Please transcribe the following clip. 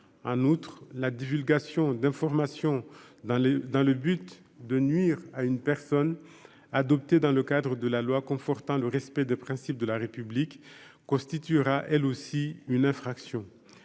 en outre, la divulgation d'informations dans les, dans le but de nuire à une personne adopté dans le cadre de la loi, confortant le respect de principes de la République constituera elle aussi une infraction